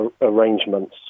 arrangements